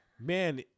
Man